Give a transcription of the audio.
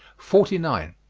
forty nine.